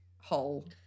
hole